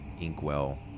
inkwell